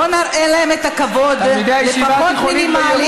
בואו נראה להם את הכבוד, לפחות מינימלי,